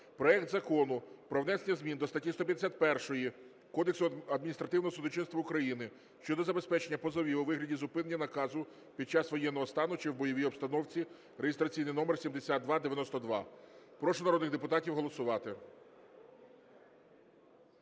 проект Закону про внесення змін до статті 151 Кодексу адміністративного судочинства України щодо забезпечення позовів у виді зупинення наказу під час воєнного стану чи в бойовій обстановці (реєстраційний номер 7292). Прошу народних депутатів голосувати.